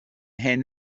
hen